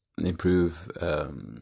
improve